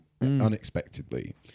unexpectedly